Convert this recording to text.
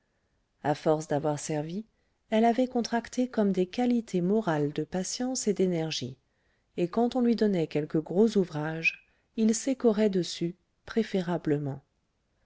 à force d'avoir servi elle avait contracté comme des qualités morales de patience et d'énergie et quand on lui donnait quelque gros ouvrage il s'écorait dessus préférablement